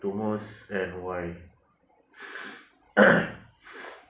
to most and why